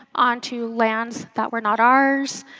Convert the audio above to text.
on to lands that were not ours.